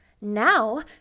Now